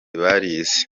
barize